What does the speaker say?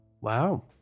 Wow